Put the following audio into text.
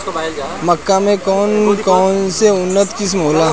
मक्का के कौन कौनसे उन्नत किस्म होला?